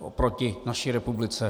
Oproti naší republice?